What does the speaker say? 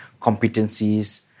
competencies